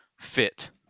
fit